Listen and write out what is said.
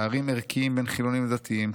פערים ערכיים בין חילונים לדתיים,